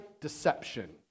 deception